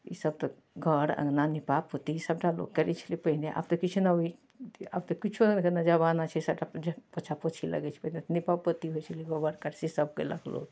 ईसब तऽ घर अँगना नीपा पोती सबटा लोक करै छलै पहिने आब तऽ किछु नहि अबै छै आब तऽ किछु नहि जमाना छै सबटा पोछा पोछी लगै छै पहिने नीपा पोती होइ छलै गोबर करसी सब कएलक लोक